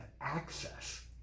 access